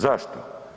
Zašto?